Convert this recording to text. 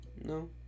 no